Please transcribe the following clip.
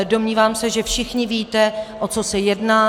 Domnívám se, že všichni víte, o co se jedná.